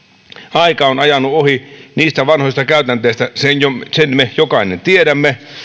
aika on ajanut ohi niistä vanhoista käytänteistä sen me jokainen tiedämme